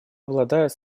обладает